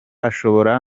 ashobora